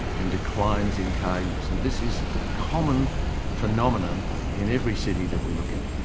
and declines in car use, and this is a common phenomenon in every city that we look at.